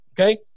okay